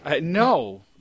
No